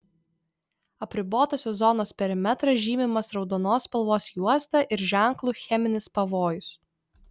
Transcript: apribotosios zonos perimetras žymimas raudonos spalvos juosta ir ženklu cheminis pavojus